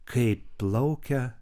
kaip plaukia